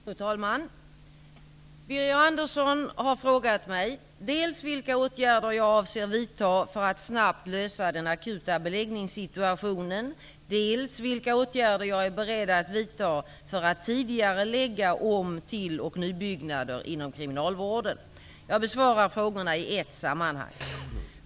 Fru talman! Birger Andersson har frågat mig dels vilka åtgärder jag avser vidta för att snabbt lösa den akuta beläggningssituationen, dels vilka åtgärder jag är beredd att vidta för att tidigarelägga om-, tilloch nybyggnader inom kriminalvården. Jag besvarar frågorna i ett sammanhang.